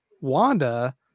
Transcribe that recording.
Wanda